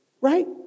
right